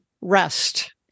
rest